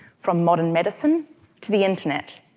from modern medicine to the internet.